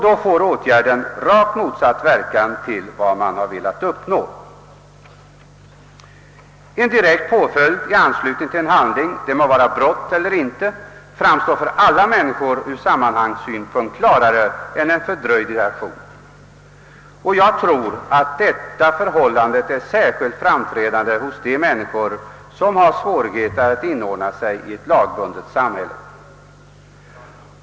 Då får åtgärden en verkan rakt motsatt den man velat uppnå. En direkt påföljd i anslutning till en handling — det må gälla brott eller inte — framstår för alla människor i ett klarare sammanhang än en fördröjd reaktion. Jag tror att detta förhållande är särskilt framträdande hos dem som har svårigheter att inordna sig i ett lagbundet samhälle.